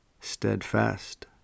steadfast